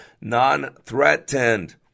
non-threatened